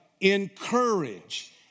encourage